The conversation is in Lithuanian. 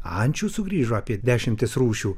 ančių sugrįžo apie dešimtis rūšių